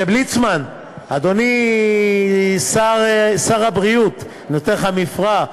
ר' ליצמן, אדוני שר הבריאות, אני נותן לך מפרעה.